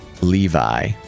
Levi